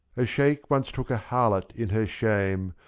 a sheik once took a harlot in her shame.